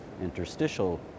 interstitial